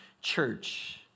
church